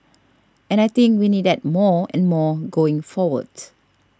and I think we need that more and more going forward